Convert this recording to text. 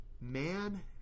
Man